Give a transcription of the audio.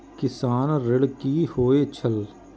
किसान ऋण की होय छल?